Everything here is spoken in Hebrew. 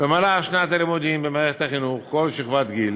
"במהלך שנת הלימודים במערכת החינוך, כל שכבת גיל,